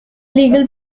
legal